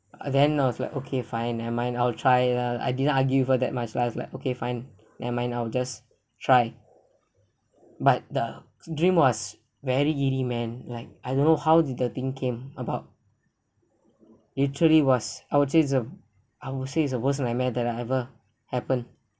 and then I was like okay fine nevermind I'll try lah I didn't argue with her that much I was like okay fine never mind I'll just try but the dream was very eerie man like I don't know how did the thing came about literally was I would say is a I would say it's a worst nightmare that I ever happen